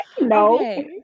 No